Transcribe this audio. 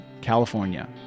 California